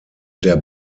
der